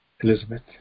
Elizabeth